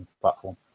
platform